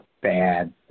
bad